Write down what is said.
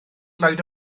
lloyd